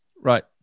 Right